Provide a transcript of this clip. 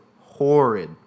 horrid